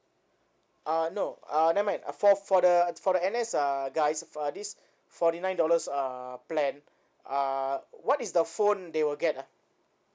uh no uh never mind uh for for the for the N_S uh guys uh this forty nine dollars uh plan uh what is the phone they will get ah